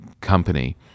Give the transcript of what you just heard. company